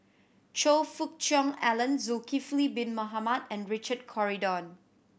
Choe Fook Cheong Alan Zulkifli Bin Mohamed and Richard Corridon